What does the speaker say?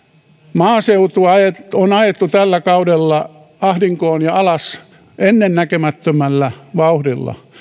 maaseutua on ajettu tällä kaudella ahdinkoon ja alas ennennäkemättömällä vauhdilla